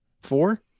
Four